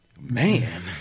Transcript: Man